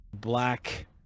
Black